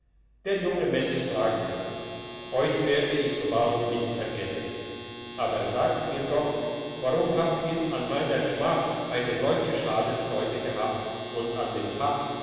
der junge mensch sagte euch werde ich so bald nicht vergessen aber sagt mir doch warum habt ihr an meiner schmach eine solche schadenfreude gehabt und an dem pass